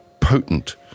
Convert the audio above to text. potent